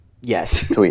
Yes